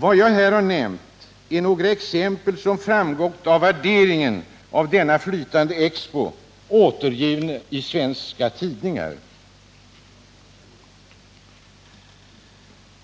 Vad jag här har nämnt är några exempel som framgått av värderingen av denna flytande expo, återgivna i svenska tidningar.